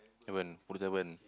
seven forty seven